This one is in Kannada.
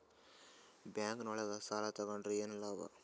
ಬ್ಯಾಂಕ್ ನೊಳಗ ಸಾಲ ತಗೊಂಡ್ರ ಏನು ಲಾಭ?